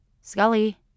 Scully